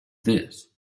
this